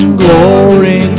glory